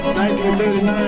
1939